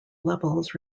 levels